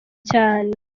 cyane